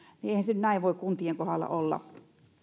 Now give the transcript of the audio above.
siitä eihän se nyt näin voi kuntien kohdalla olla